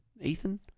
Ethan